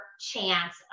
chance